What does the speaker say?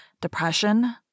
depression